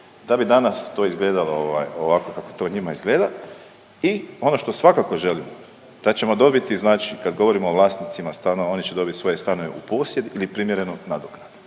da bi danas to izgledalo ovako kako to njima izgleda i ono što svakako želim da ćemo dobiti znači kad govorimo o vlasnicima stanova oni će dobiti svoje stanove u posjed ili primjerenu nadoknadu.